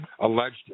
alleged